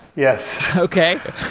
yes. okay.